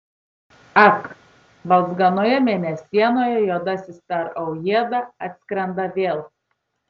ak balzganoje mėnesienoje juodasis per aujėdą atskrenda vėl